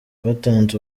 batanze